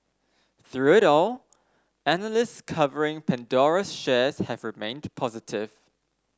through it all analysts covering Pandora's shares have remained positive